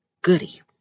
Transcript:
goody